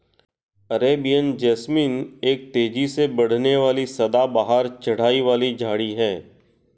Arabian jasmine एक तेजी से बढ़ने वाली सदाबहार चढ़ाई वाली झाड़ी है